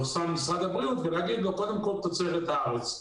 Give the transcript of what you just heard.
משרד הבריאות ולהגיד לו: קודם כול תוצרת הארץ.